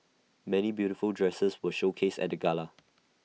many beautiful dresses were showcased at the gala